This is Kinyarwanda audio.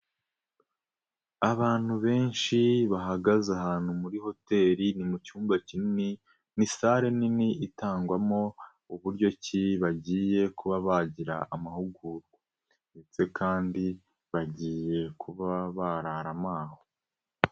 Abantu benshi bahagaze ahantu muri hoteli, ni mu cyumba kinini ni sale nini itangwamo uburyo ki bagiye kuba bagira amahugurwa ndetse kandi bagiye kuba barara mo aho.